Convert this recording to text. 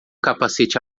capacete